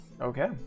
Okay